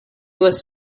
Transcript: was